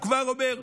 הוא כבר אומר: